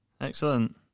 Excellent